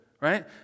right